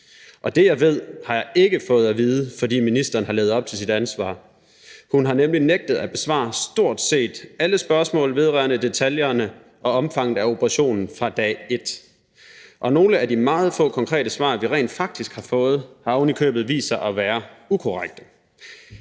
Og det, jeg ved, har jeg ikke fået at vide, fordi ministeren har levet op til sit ansvar. Hun har nemlig nægtet at besvare stort set alle spørgsmål vedrørende detaljerne og omfanget af operationen fra dag et. Nogle af de meget få konkrete svar, vi rent faktisk har fået, har ovenikøbet vist sig at være ukorrekte.